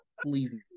Please